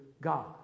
God